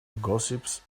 gossips